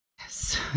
Yes